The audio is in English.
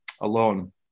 alone